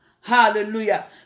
Hallelujah